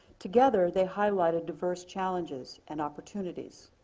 together they highlighted diverse challenges and opportunities.